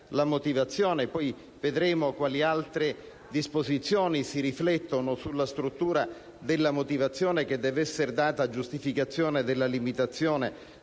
la motivazione. Vedremo poi quali altre disposizioni si riflettono sulla struttura della motivazione, che deve essere data a giustificazione della limitazione